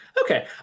Okay